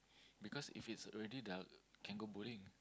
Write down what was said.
because if it's already dark can go bowling